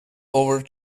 over